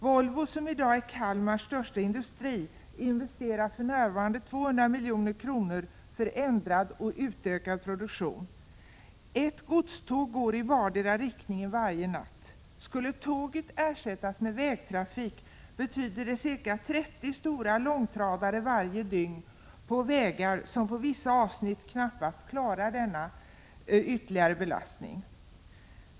Volvo, som i dag är Kalmars största industri, investerar för närvarande 200 milj.kr. för ändrad och utökad produktion. Ett godståg går i vardera riktningen varje natt. Skulle tåget ersättas med vägtrafik, betyder det ca 30 stora långtradare varje dygn på vägar som på vissa avsnitt knappast klarar denna ytterligare belastning.